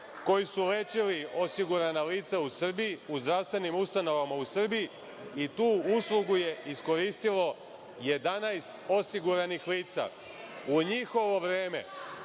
koji su lečili osigurana lica u Srbiji u zdravstvenim ustanovama u Srbiji i tu uslugu je iskoristilo 11 osiguranih lica.U njihovo vreme,